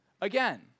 again